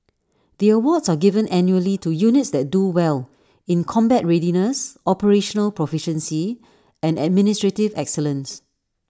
the awards are given annually to units that do well in combat readiness operational proficiency and administrative excellence